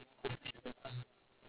what what was the question about